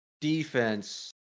defense